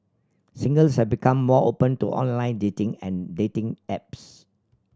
singles have become more open to online dating and dating apps